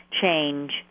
change